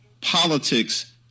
politics